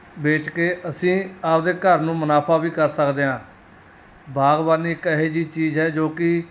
ਵੇਚ ਕੇ ਅਸੀਂ ਆਪਦੇ ਘਰ ਨੂੰ ਮੁਨਾਫਾ ਵੀ ਕਰ ਸਕਦੇ ਹਾਂ ਬਾਗਬਾਨੀ ਇੱਕ ਇਹੋ ਜਿਹੀ ਚੀਜ਼ ਹੈ ਜੋ ਕਿ